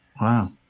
Wow